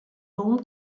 dom